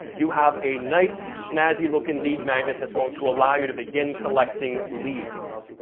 you have a nice, snazzy looking lead magnet that's going to allow you to begin collecting leads.